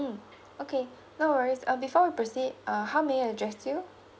mm okay no worries uh before we proceed uh how may I address you